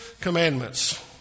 commandments